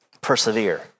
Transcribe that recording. Persevere